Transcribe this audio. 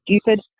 stupid